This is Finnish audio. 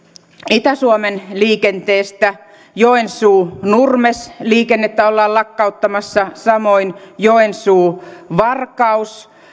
itä suomen liikenteestä joensuu nurmes liikennettä ollaan lakkauttamassa samoin joensuu varkaus